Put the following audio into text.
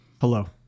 Hello